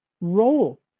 role